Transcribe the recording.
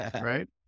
right